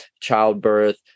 childbirth